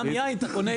גם יין אתה קונה,